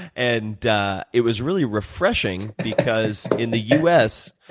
and it was really refreshing because in the u s,